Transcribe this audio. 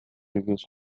reviews